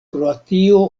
kroatio